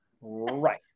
Right